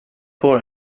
hår